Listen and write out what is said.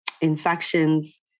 infections